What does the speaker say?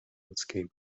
ludzkiej